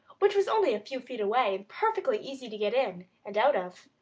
which was only a few feet away and perfectly easy to get in and out of,